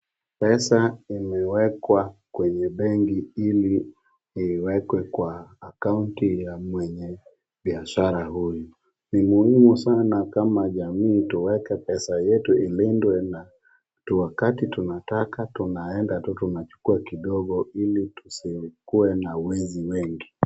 Pesa imewekwa kwenye benki ili iwekwe kwa akaunti ya mwenye biashara huyu. Ni muhimu sana kama jamii tuweke pesa yetu ilindwe na wakati tunataka tunaenda tu tunachukua kidogo ili tusikuwe na wezi wengi.